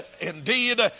indeed